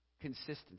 Consistency